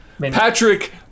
Patrick